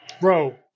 Bro